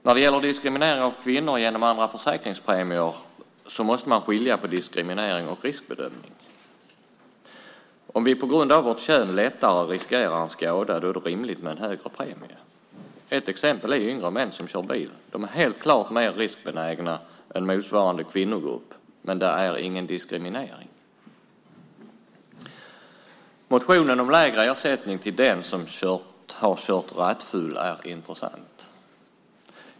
När det gäller diskriminering av kvinnor med andra försäkringspremier måste man skilja på diskriminering och riskbedömning. Om vi på grund av vårt kön lättare riskerar en skada är det rimligt med en högre premie. Ett exempel är yngre män som kör bil. De är helt klart mer riskbenägna än motsvarande kvinnogrupp - men där är ingen diskriminering. Motionen om lägre ersättning till den som har kört rattfull är intressant.